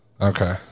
Okay